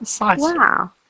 Wow